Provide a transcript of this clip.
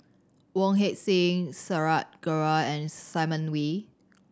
Wong Heck Sing and Simon Wee